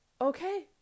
Okay